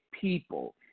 people